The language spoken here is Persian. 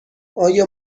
آیا